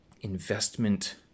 investment